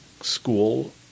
school